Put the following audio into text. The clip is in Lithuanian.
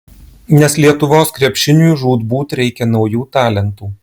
nes lietuvos krepšiniui žūtbūt reikia naujų talentų